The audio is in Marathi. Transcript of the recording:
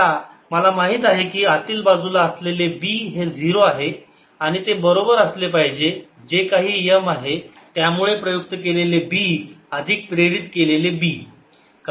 आता मला माहित आहे की आतील बाजूला असलेले B हे 0 आहे आणि ते बरोबर असले पाहिजे जे काही M आहे त्यामुळे प्रयुक्त केलेले B अधिक प्रेरित केलेले B